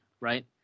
right